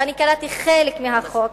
ואני קראתי חלק מהחוק,